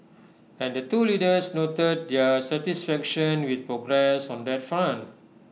and the two leaders noted their satisfaction with progress on that front